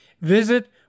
Visit